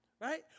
right